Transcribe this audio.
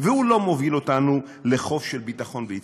והוא לא מוביל אותנו לחוף של ביטחון ויציבות.